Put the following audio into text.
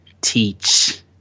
teach